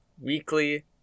weekly